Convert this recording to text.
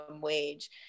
wage